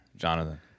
jonathan